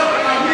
ואני לא ארשה לך.